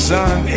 sun